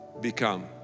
become